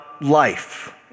life